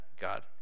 God